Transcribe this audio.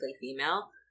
female